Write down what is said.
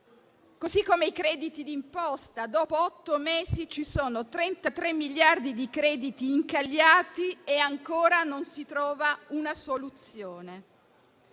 inoltre ai crediti d'imposta: dopo otto mesi ci sono 33 miliardi di crediti incagliati e ancora non si trova una soluzione.